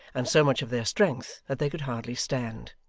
and so much of their strength that they could hardly stand.